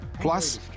Plus